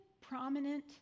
prominent